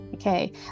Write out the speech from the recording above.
Okay